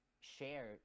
share